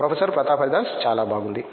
professor Pratap Haridas చాలా బాగుంది